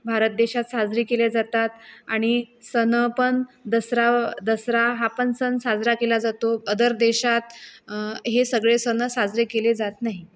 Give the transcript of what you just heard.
भारत देशात साजरी केल्या जातात आणि सण पण दसरा दसरा हा पण सण साजरा केला जातो अदर देशात हे सगळे सण साजरे केले जात नाही